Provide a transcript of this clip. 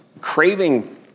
Craving